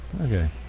okay